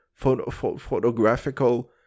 photographical